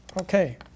Okay